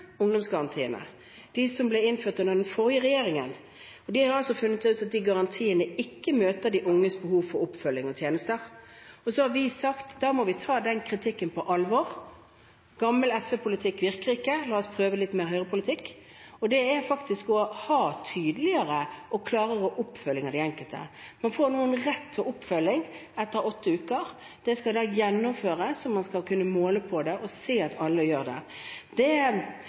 ungdomsgarantiene, de som ble innført under den forrige regjeringen. De har funnet ut at de garantiene ikke møter de unges behov for oppfølging og tjenester. Og så har vi sagt: Da må vi ta den kritikken på alvor – gammel SV-politikk virker ikke, la oss prøve litt mer Høyre-politikk, og det er faktisk å ha tydeligere og klarere oppfølging av den enkelte. Nå får man rett til oppfølging etter åtte uker, det skal da gjennomføres, og man skal kunne måle på det og se at alle gjør det. Det